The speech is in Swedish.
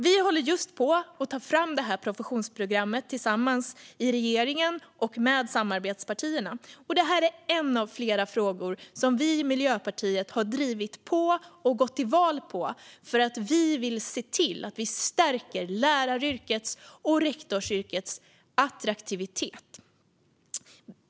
Vi håller just på att ta fram detta professionsprogram tillsammans i regeringen och med samarbetspartierna. Det här är en av flera frågor som vi i Miljöpartiet har drivit på och gått till val på för att vi vill se till att vi stärker läraryrkets och rektorsyrkets attraktivitet.